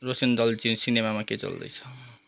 रोसेन्डल सिनेमामा के चल्दैछ